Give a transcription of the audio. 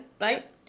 right